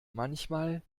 manchmal